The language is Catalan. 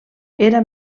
era